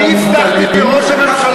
אני הבטחתי לראש הממשלה,